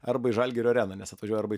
arba į žalgirio areną nes atvažiuoja arba į